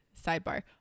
sidebar